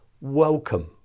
welcome